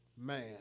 Man